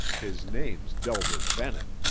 his name's delbert bennett.